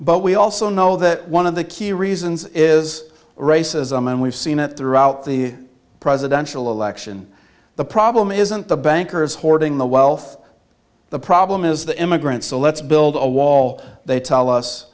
but we also know that one of the key reasons is racism and we've seen it throughout the presidential election the problem isn't the bankers hoarding the wealth the problem is the immigrants so let's build a wall they tell us